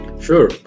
Sure